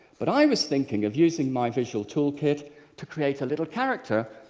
but i was thinking of using my visual tool kit to create a little character.